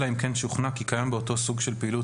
אלא אם כן שוכנע כי קיים באותו סוג של פעילות